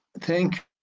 Thank